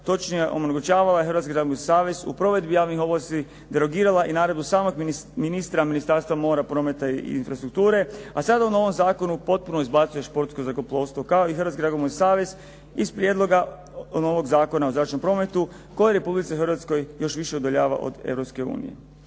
točnije onemogućavala je Hrvatski zrakoplovni savez u provedbi javnih ovlasti, derogirala i naredbu samog ministra Ministarstva mora, prometa i infrastrukture, a sada u novom zakonu potpuno izbacuje športsko zrakoplovstvo kao i Hrvatski zrakoplovni savez iz prijedloga novog Zakona o zračnom prometu, koji Republiku Hrvatsku još više udaljava od